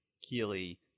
Keely